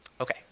Okay